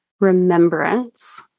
remembrance